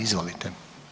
Izvolite.